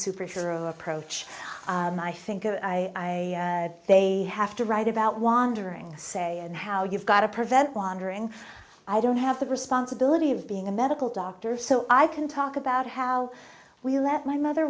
superhero approach and i think i they have to write about wandering say and how you've got to prevent wandering i don't have the responsibility of being a medical doctor so i can talk about how we let my mother